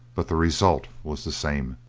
but the result was the same,